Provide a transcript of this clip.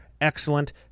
Excellent